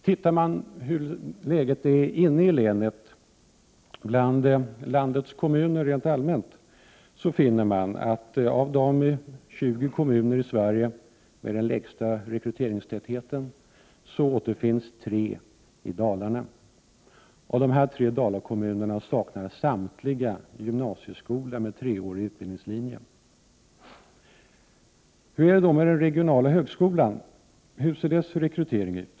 Ser man till hur läget är inom länet och jämför med landets kommuner i övrigt finner man att av landets 20 kommuner med den lägsta rekryteringstätheten återfinns tre i Dalarna. Av dessa tre dalakommuner saknar samtliga gymnasieskola med treåriga utbildningslinjer. Hur är det då med den regionala högskolan? Hur ser dess rekrytering ut?